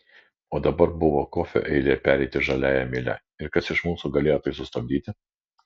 o dabar buvo kofio eilė pereiti žaliąja mylia ir kas iš mūsų galėjo tai sustabdyti